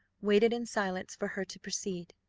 waited in silence for her to proceed.